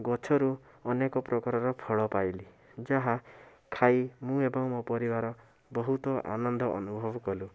ଗଛରୁ ଅନେକ ପ୍ରକାରର ଫଳ ପାଇଲି ଯାହା ଖାଇ ମୁଁ ଏବଂ ପରିବାର ବହୁତ ଆନନ୍ଦ ଅନୁଭବ କଲୁ